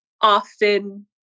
often